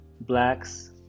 blacks